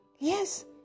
Yes